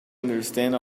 understand